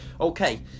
Okay